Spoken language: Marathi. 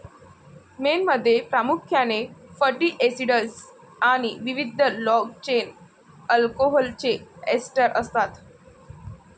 मेणमध्ये प्रामुख्याने फॅटी एसिडस् आणि विविध लाँग चेन अल्कोहोलचे एस्टर असतात